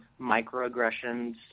microaggressions